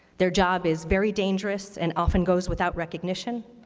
their job is very dangerous and often goes without recognition.